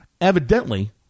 Evidently